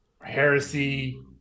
heresy